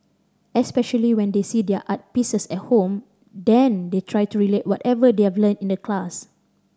especially when they see their art pieces at home then they try to relate whatever they have learnt in the class